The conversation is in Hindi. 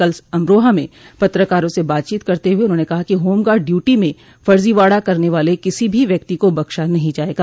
कल अमरोहा में पत्रकारों से बातचीत करते हुए उन्होंने कहा कि होमगार्ड ड्यूटी में फर्जोवाड़ा करने वाले किसी भी व्यक्ति को बख्शा नहीं जायेगा